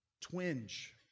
twinge